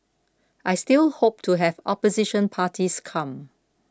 I still hope to have opposition parties come